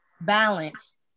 balance